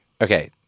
Okay